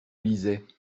lisais